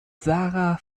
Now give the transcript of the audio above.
sarah